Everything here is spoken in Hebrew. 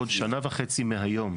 בעוד שנה וחצי מהיום,